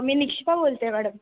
मी निक्षिपा बोलते आहे मॅडम